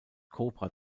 kobra